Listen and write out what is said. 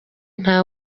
nta